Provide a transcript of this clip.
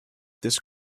this